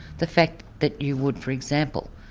the fact that you would, for example,